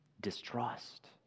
distrust